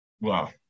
Wow